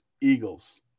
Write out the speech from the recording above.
Eagles